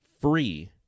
free